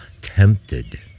tempted